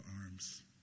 arms